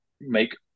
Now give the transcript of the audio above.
make